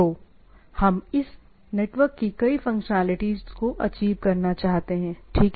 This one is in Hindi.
तो हम इस नेटवर्क कि कई फंक्शनैलिटीज को अचीव करना चाहते हैं ठीक है